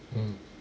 mm